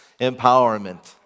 empowerment